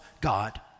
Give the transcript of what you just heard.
God